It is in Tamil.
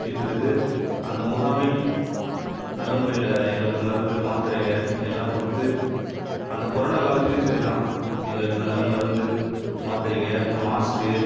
இருக்கிறது அந்த முகாமில் நல்ல முறையில் எங்களுக்கு மருந்து மாத்திரைங்க எல்லாம் கொடுத்து அந்த கொரோனா காலத்துலேயும் சரிதான் எங்களுக்கு நல்ல மருந்து மாத்திரைங்க மாஸ்க்கு